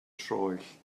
troell